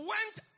Went